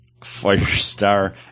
Firestar